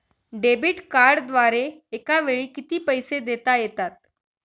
Debit कार्डद्वारे एकावेळी किती पैसे देता येतात?